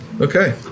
Okay